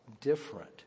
different